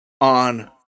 on